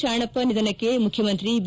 ಶಾಣಪ್ಪ ನಿಧನಕ್ಕೆ ಮುಖ್ಯಮಂತ್ರಿ ಬಿ